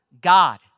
God